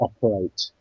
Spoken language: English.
operate